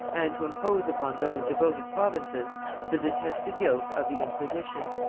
and to impose upon those devoted provinces the detested yoke of the inquisition.